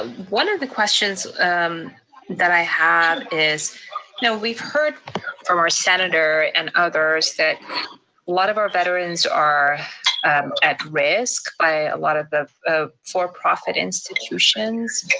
ah one of the questions that i have is you know we've heard from our senator and others that a lot of our veterans are at risk by a lot of the ah for profit institutions.